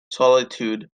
solitude